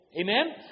Amen